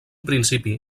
principi